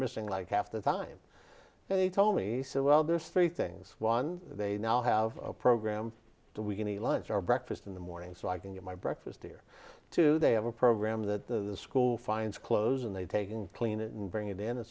missing like half the time they told me so well there's three things one they now have a program so we can eat lunch or breakfast in the morning so i can get my breakfast here too they have a program that the school finds clothes and they've taken clean it and bring it in